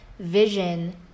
vision